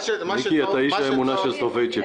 מיקי, אתה איש האמונה של סולובייצ'יק.